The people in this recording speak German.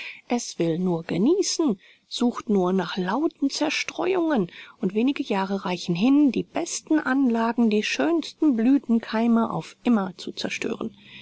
es will nur genießen sucht nur nach lauten zerstreuungen und wenige jahre reichen hin die besten anlagen die schönsten blüthenkeime auf immer zu zerstören